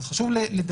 אז חשוב לדייק.